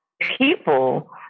people